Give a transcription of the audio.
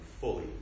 fully